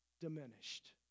diminished